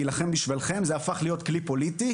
להילחם בשבילכם,